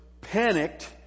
panicked